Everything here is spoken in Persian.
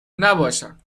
نباشم